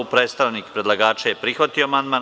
Predstavnik predlagača je prihvatio amandman.